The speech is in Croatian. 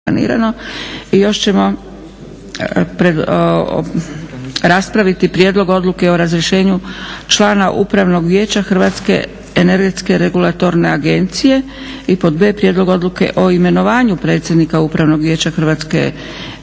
Josip (SDP)** a/ Prijedlog odluke o razrješenju člana Upravnog vijeća Hrvatske energetske regulatorne agencije; b/ Prijedlog odluke o imenovanju predsjednika Upravnog vijeća Hrvatske